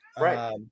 Right